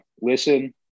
listen